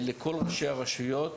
לכל ראשי הרשויות